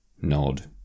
nod